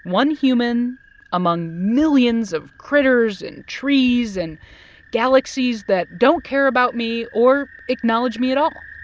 one human among millions of critters and trees and galaxies that don't care about me or acknowledge me at all.